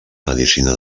medicina